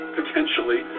potentially